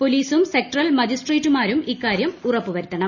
പൊലീസും സെക്ടറൽ മജിസ്ട്രേറ്റുമാരും ഇക്കാര്യം ഉറപ്പുവരുത്തണം